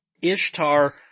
ishtar